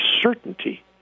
certainty